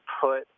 put